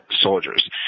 soldiers